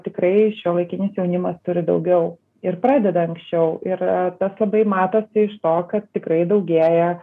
tikrai šiuolaikinis jaunimas turi daugiau ir pradeda anksčiau ir tas labai matosi iš to kad tikrai daugėja